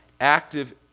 active